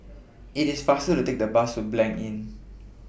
IT IS faster to Take The Bus to Blanc Inn